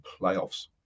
playoffs